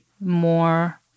more